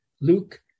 Luke